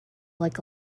like